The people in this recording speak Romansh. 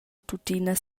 tuttina